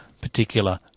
particular